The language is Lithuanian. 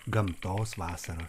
gamtos vasara